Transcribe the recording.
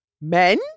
men